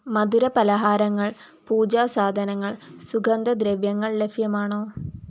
മധുരപലഹാരങ്ങൾ പൂജാ സാധനങ്ങൾ സുഗന്ധദ്രവ്യങ്ങൾ ലഭ്യമാണോ